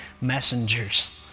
messengers